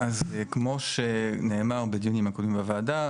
אז כמו שנאמר בדיונים הקודמים בוועדה,